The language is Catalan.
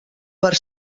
per